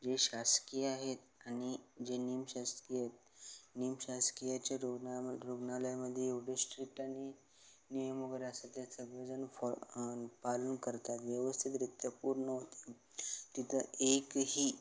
जे शासकीय आहेत आणि जे निमशासकीय आहेत निमशासकीयच्या रुग्णाम रुग्णालयामध्ये एवढे स्ट्रिक्ट आणि नियम वगैरे असतात त्या सगळेजण फाल पालन करतात व्यवस्थितरित्या पूर्ण तिथं एकही